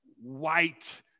white